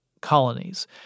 colonies